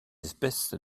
espèces